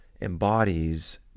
embodies